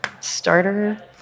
starter